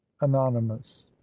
anonymous